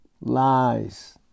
lies